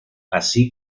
así